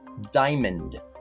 diamond